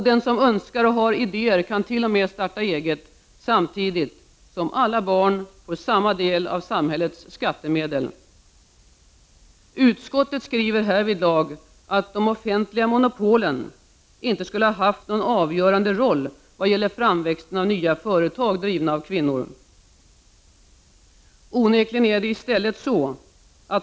Den som önskar och har idéer kan t.o.m. starta eget, samtidigt som alla barn får samma del av samhällets skattemedel. Utskottet skriver härvidlag att de offentliga monopolen inte har haft någon avgörande roll i vad det gäller framväxten av nya företag drivna av kvinnor.